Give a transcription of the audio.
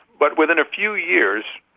but within a few years,